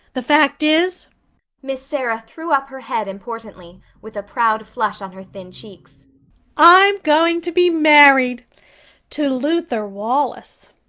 the fact is miss sarah threw up her head importantly, with a proud flush on her thin cheeks i'm going to be married to luther wallace.